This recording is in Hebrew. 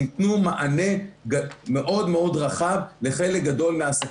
יתנו מענה מאוד מאוד רחב לחלק גדול מהעסקים